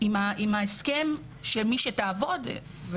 עם ההסכם שלמי שתעבוד.